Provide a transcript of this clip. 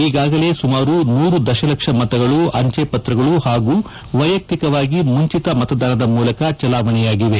ಈಗಾಗಲೇ ಸುಮಾರು ನೂರು ದಶಲಕ್ಷ ಮತಗಳು ಅಂಚೆ ಪತ್ರಗಳು ಹಾಗೂ ವೈಯಕ್ತಿಕವಾಗಿ ಮುಂಚಿತ ಮತದಾನದ ಮೂಲಕ ಚಲಾವಣೆಯಾಗಿದೆ